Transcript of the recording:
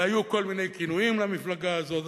והיו כל מיני כינויים למפלגה הזאת.